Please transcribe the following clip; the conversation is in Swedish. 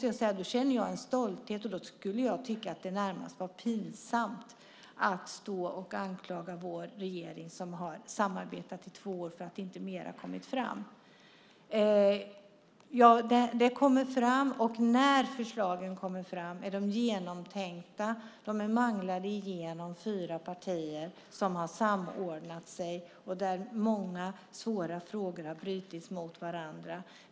Jag känner nu en stolthet och tycker att det skulle vara närmast pinsamt att stå och anklaga vår regering, som har samarbetat i två år, för att inte mer har kommit fram. Det kommer fram förslag, och när förslagen kommer fram är de genomtänkta och manglade genom fyra partier som har samordnat sig och brutit många svåra frågor mot varandra.